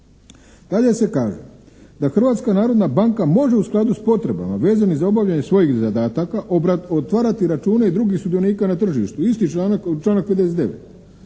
narodna banka može u skladu sa potrebama vezano za obavljanje svojih zadataka otvarati račune i drugih sudionika na tržištu, isti članak 59.